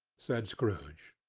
said scrooge.